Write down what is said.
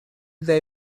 they